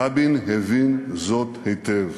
רבין הבין זאת היטב.